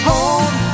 Home